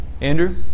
Andrew